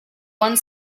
one